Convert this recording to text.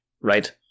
right